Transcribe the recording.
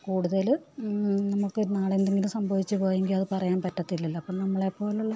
കൂടുതൽ നമുക്ക് നാളെ എന്തെങ്കിലും സംഭവിച്ചു പോയെങ്കിൽ അതു പറയാൻ പറ്റത്തില്ലല്ലോ അപ്പോൾ നമ്മളേപ്പോലെയുള്ള